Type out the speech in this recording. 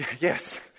Yes